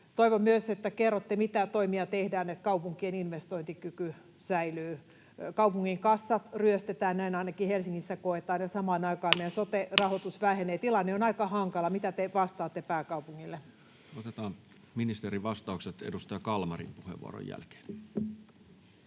Toivon myös, että kerrotte, mitä toimia tehdään, jotta kaupunkien investointikyky säilyy. Kaupungin kassa ryöstetään — näin ainakin Helsingissä koetaan — ja samaan aikaan meidän sote-rahoitus vähenee. Tilanne on aika hankala. Mitä te vastaatte pääkaupungille? Otetaan ministerin vastaukset edustaja Kalmarin puheenvuoron jälkeen.